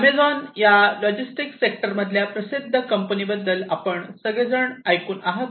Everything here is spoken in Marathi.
एमेझॉन या लॉजिस्टिक सेक्टर मधल्या प्रसिद्ध कंपनी बद्दल आपण सगळे जण ऐकून आहात